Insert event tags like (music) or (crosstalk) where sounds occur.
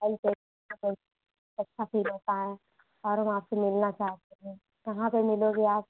(unintelligible) अच्छा फ़ील होता है और हम आपसे मिलना चाहते हैं कहाँ पर मिलोगे आप